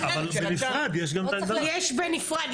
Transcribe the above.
יש בנפרד.